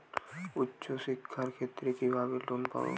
উচ্চশিক্ষার ক্ষেত্রে কিভাবে লোন পাব?